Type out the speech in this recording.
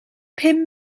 bum